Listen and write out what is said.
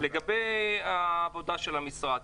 לגבי העבודה של המשרד,